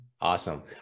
Awesome